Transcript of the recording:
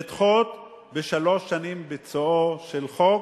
לדחות בשלוש שנים ביצועו של חוק.